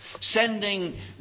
Sending